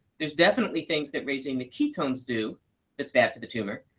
there's definitely things that raising the ketones do that's bad for the tumor.